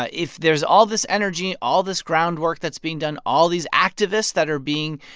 ah if there's all this energy, all this groundwork that's being done, all these activists that are being,